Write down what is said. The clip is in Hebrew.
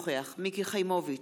אינו נוכח מיקי חיימוביץ'